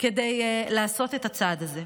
כדי לעשות את הצעד הזה.